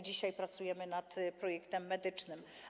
Dzisiaj pracujemy nad projektem medycznym.